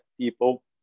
people